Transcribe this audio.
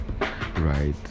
right